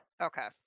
Okay